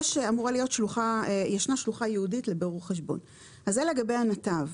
זה לגבי הנתב.